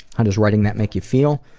how does writing that make you feel?